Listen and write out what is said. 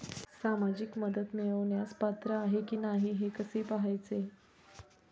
सामाजिक मदत मिळवण्यास पात्र आहे की नाही हे कसे पाहायचे?